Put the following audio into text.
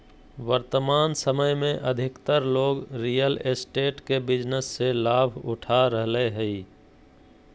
वर्तमान समय में अधिकतर लोग रियल एस्टेट के बिजनेस से लाभ उठा रहलय हइ